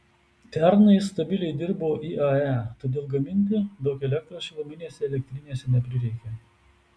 pernai stabiliai dirbo iae todėl gaminti daug elektros šiluminėse elektrinėse neprireikė